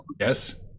yes